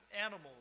animals